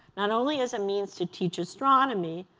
not only as a means to teach astronomy,